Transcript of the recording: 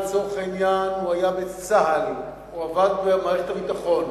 לצורך העניין הוא היה בצה"ל או עבד במערכת הביטחון,